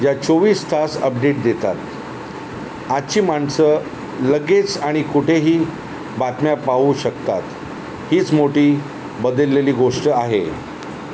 या चोवीस तास अपडेट देतात आजची माणसं लगेच आणि कुठेही बातम्या पाहू शकतात हीच मोठी बदललेली गोष्ट आहे